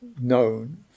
known